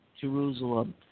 Jerusalem